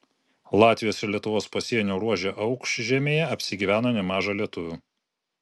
latvijos ir lietuvos pasienio ruože aukšžemėje apsigyveno nemaža lietuvių